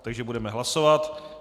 Takže budeme hlasovat.